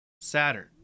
saturn